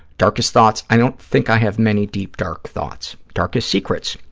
darkest thoughts. i don't think i have many deep, dark thoughts. darkest secrets.